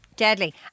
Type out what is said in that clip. deadly